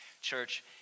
church